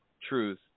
truth